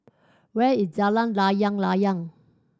where is Jalan Layang Layang